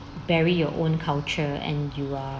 bury your own culture and you are